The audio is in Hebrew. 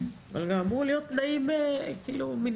אבל גם אמור להיות נעים מינימלי.